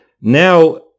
now